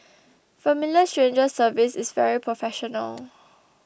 Familiar Strangers service is very professional